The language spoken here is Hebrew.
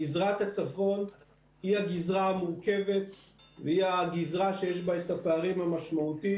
גזרת הצפון היא הגזרה המורכבת והיא הגזרה שיש בה את הפערים המשמעותיים.